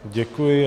Děkuji.